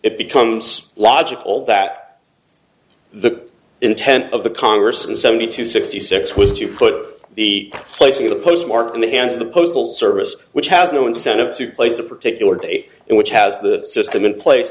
it becomes logical that the intent of the congress in seventy two sixty six was to put the placing of the postmark in the hands of the postal service which has no incentive to place a particular day in which has the system in pla